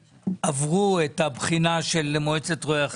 עברו את הבחינה של מועצת רואי החשבון.